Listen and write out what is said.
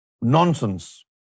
nonsense